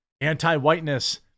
Anti-whiteness